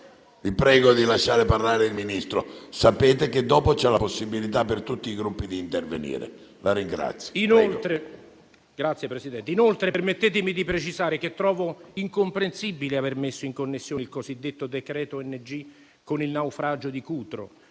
Vi prego di lasciare parlare il Ministro. Sapete che dopo c'è la possibilità per tutti i membri dei Gruppi di intervenire. PIANTEDOSI*,